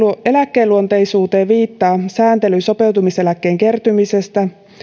eläkkeenluonteisuuteen viittaa sääntely sopeutumiseläkkeen kertymisestä